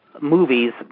movies